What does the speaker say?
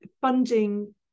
funding